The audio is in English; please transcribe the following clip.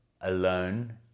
alone